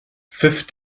pfiff